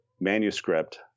manuscript